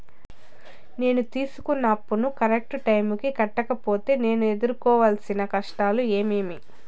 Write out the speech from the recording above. నేను తీసుకున్న అప్పును కరెక్టు టైముకి కట్టకపోతే నేను ఎదురుకోవాల్సిన కష్టాలు ఏమీమి?